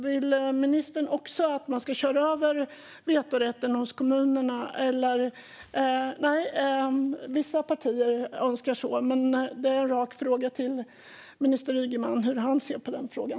Vill ministern också att man ska köra över vetorätten hos kommunerna? Vissa partier önskar så, och därför ställer jag en rak fråga till minister Ygeman om hur han ser på den frågan.